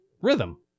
Rhythm